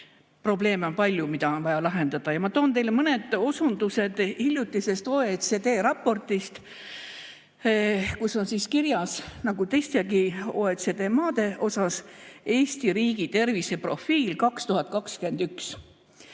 Probleeme on palju, mida on vaja lahendada. Ma toon teile mõned osundused hiljutisest OECD raportist, kus on kirjas nagu teistegi OECD maade kohta Eesti riigi terviseprofiil 2021,